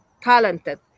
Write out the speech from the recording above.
talented